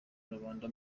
rubanda